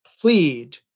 plead